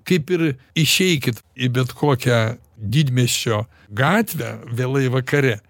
kaip ir išeikit į bet kokią didmiesčio gatvę vėlai vakare